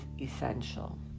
essential